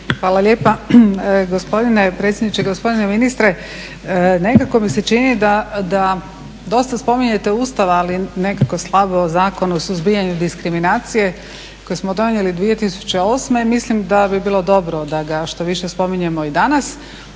Hvala lijepa. Gospodine predsjedniče, gospodine ministre nekako mi se čini da dosta spominjete Ustav, ali nekako slabo Zakon o suzbijanju diskriminacije koji smo donijeli 2008. Mislim da bi bilo dobro da ga što više spominjemo i danas.